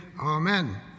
Amen